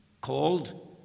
called